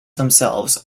themselves